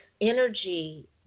energy